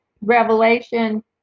Revelation